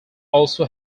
also